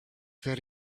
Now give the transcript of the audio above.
that